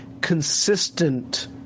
consistent